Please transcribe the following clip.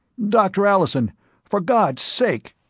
doctor allison for god's sake